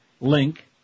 link